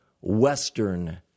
Western